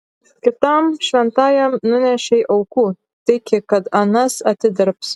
kitam šventajam nunešei aukų tiki kad anas atidirbs